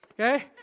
Okay